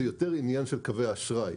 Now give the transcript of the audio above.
זה יותר עניין של קווי האשראי.